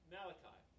Malachi